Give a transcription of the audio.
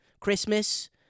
Christmas